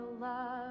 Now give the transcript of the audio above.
love